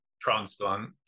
transplant